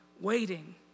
waiting